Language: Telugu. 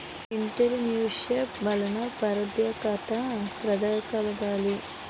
ఎంటర్ప్రైన్యూర్షిప్ వలన పారదర్శకత ప్రదర్శించగలగాలి